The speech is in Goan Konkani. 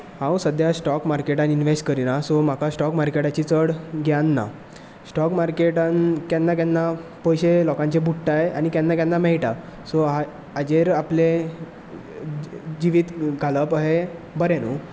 हांव सद्या स्टॉक मार्केटांत इवेस्ट करिना सो म्हाका स्टॉक मार्केटाचें चड ज्ञान ना स्टॉक मार्केटांत केन्ना केन्ना पयशे लोकांचे बुडटाय आनी केन्ना केन्ना मेळटात सो हाचेर आपलें जिवीत घालप अशें बरें न्हू